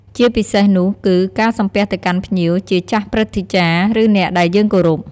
ជាពិសេសនោះគឺ ការសំពះទៅកាន់ភ្ញៀវ ជាចាស់ព្រឹទ្ធាចារ្យ ឬអ្នកដែលយើងគោរព។